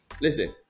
listen